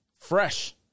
fresh